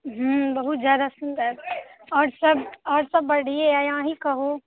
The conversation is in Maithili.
हम्म बहुत जादा सुंदर आओर सब आओर सब बढ़िए अई अहिंँ कहू